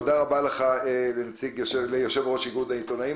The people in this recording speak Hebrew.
תודה רבה ליושב-ראש איגוד העיתונאים.